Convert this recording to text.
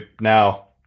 now